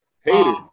Hater